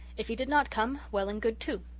if he did not come well and good, too.